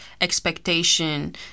expectation